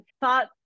thought